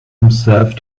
himself